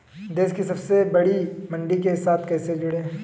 देश की सबसे बड़ी मंडी के साथ कैसे जुड़ें?